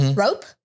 rope